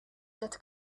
that